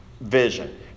vision